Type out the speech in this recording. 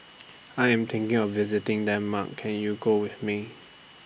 I Am thinking of visiting Denmark Can YOU Go with Me